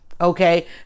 okay